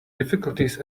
difficulties